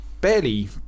barely